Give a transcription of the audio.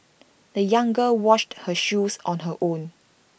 the young girl washed her shoes on her own